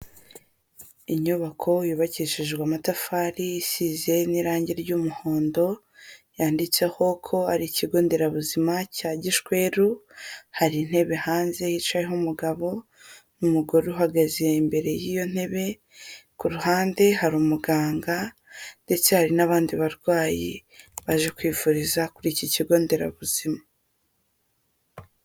Inyubako yubakishijwe amatafari isize n'irangi ry'umuhondo, yanditseho ko ari ikigo nderabuzima cya Gishweru, hari intebe hanze yicayeho umugabo n'umugore uhagaze imbere y'iyo ntebe, ku ruhande hari umuganga ndetse hari n'abandi barwayi baje kwivuriza kuri iki kigo nderabuzima.